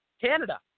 Canada